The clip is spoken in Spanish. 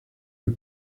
del